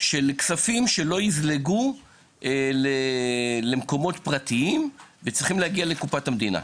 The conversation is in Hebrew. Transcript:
של כספים שלא יזלגו למקומות פרטיים וצריכים להגיע לקופת המדינה.